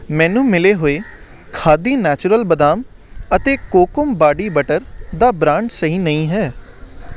ਮੈਨੂੰ ਮਿਲੇ ਹੋਏ ਖਾਦੀ ਨੈਚੂਰਲ ਬਦਾਮ ਅਤੇ ਕੋਕੁਮ ਬਾਡੀ ਬਟਰ ਦਾ ਬ੍ਰਾਂਡ ਸਹੀ ਨਹੀਂ ਹੈ